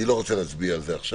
אני לא רוצה להצביע על זה עכשיו,